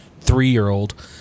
three-year-old